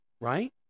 right